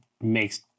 makes